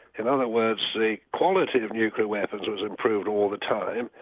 in other words, the quality of nuclear weapons was improved all the time,